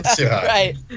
Right